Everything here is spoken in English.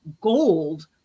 gold